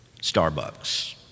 Starbucks